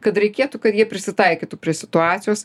kad reikėtų kad jie prisitaikytų prie situacijos